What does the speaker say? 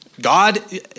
God